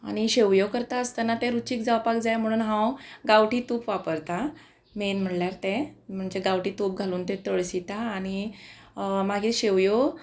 आनी शेवयो करता आसतना तें रुचीक जावपाक जाय म्हणून हांव गांवठी तूप वापरता मेन म्हणल्यार तें म्हणजे गांवठी तूप घालून तें तळसिता आनी मागीर शेवयो